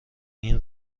این